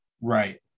Right